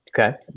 Okay